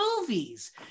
movies